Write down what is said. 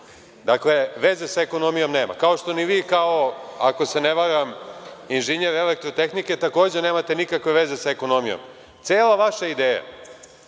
Dakle, veze sa ekonomijom nema. Kao što ni vi kao, ako se ne varam, inženjer elektrotehnike takođe nemate nikakve veze sa ekonomijom. Cela vaša ideja